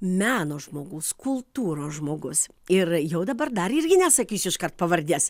meno žmogus kultūros žmogus ir jau dabar dar irgi nesakysiu iškart pavardės